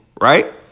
right